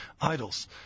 idols